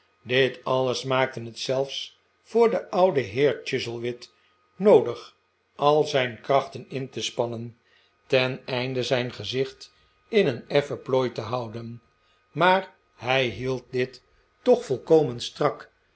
dit alles maakte het zelfs voor den ouden beer chuzzlewit noodig al zijn krachten in te spannen teneinde zijn gezicht in een effen plooi te houden maar hij hield dit toch volkomen strak